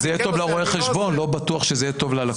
זה יותר טוב לרואי החשבון,